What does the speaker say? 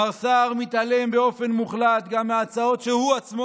מר סער מתעלם באופן מוחלט גם מההצעות שהוא עצמו